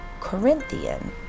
Corinthian